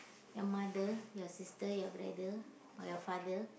your mother your sister your brother or your father